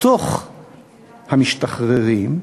מתוך המשתחררים,